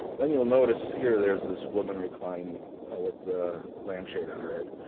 then you'll notice here there is this woman reclining with the lampshade on her head.